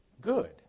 good